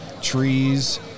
trees